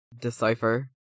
decipher